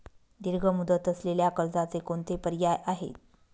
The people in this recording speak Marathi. दीर्घ मुदत असलेल्या कर्जाचे कोणते पर्याय आहे?